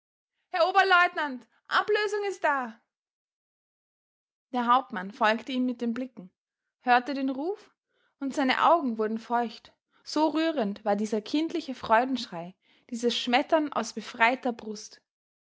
herr oberleutnant ablösung is da der hauptmann folgte ihm mit den blicken hörte den ruf und seine augen wurden feucht so rührend war dieser kindliche freudenschrei dieses schmettern aus befreiter brust